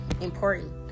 important